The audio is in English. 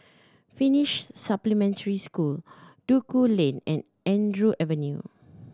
Finnish Supplementary School Duku Lane and Andrew Avenue